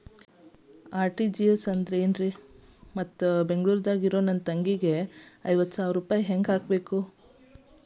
RTGS ಅಂದ್ರ ಏನು ಮತ್ತ ಬೆಂಗಳೂರದಾಗ್ ಇರೋ ನನ್ನ ತಂಗಿಗೆ ಐವತ್ತು ಸಾವಿರ ರೂಪಾಯಿ ಹೆಂಗ್ ಹಾಕಬೇಕು?